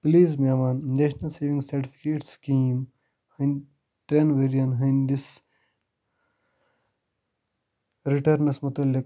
please مےٚ one national saving certificate scheme ہٕنٛدۍ ترٛیٚن ؤرۍ یَن ہٕنٛدِس رِٹٲرنَس متعلق